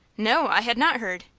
no, i had not heard.